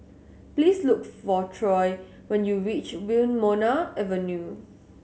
please look for Troy when you reach Wilmonar Avenue